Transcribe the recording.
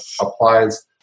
applies